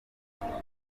ibyago